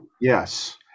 Yes